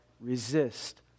resist